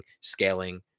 scaling